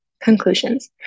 Conclusions